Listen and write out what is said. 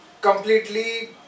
completely